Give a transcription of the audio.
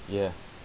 yeah